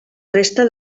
resta